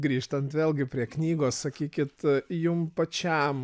grįžtant vėlgi prie knygos sakykit jum pačiam